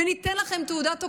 ולתת להם תעודת הוקרה.